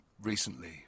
recently